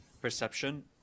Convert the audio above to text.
perception